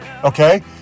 Okay